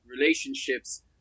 relationships